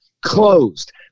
closed